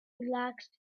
relaxed